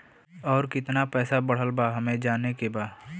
और कितना पैसा बढ़ल बा हमे जाने के बा?